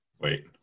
Wait